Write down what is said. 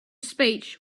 speech